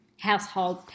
household